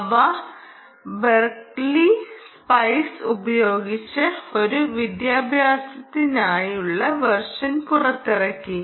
അവർ Berkeley SPICE ഉപയോഗിച്ച് ഒരു വിദ്യാഭ്യാസത്തിനായുള്ള വെർഷൻ പുറത്തിറക്കി